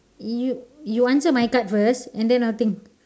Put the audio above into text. you you answer my card first and then I'll think